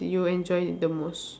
did you enjoy the most